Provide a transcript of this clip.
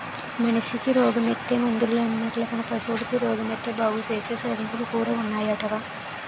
మనిసికి రోగమొత్తే మందులున్నట్లే పశువులకి రోగమొత్తే బాగుసేసే సదువులు కూడా ఉన్నాయటరా